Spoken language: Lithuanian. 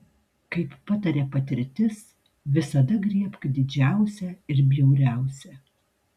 kaip pataria patirtis visada griebk didžiausią ir bjauriausią